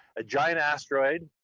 a giant asteroid,